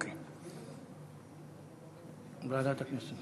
ועדת הכנסת.